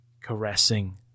caressing